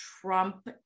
Trump